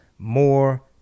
More